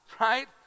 Right